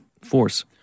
force